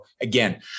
again